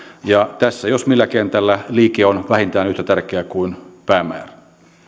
tällä jos millä kentällä liike on vähintään yhtä tärkeä kuin päämäärä